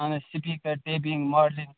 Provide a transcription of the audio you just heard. اَہَن حظ speaker J B modelling